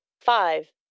five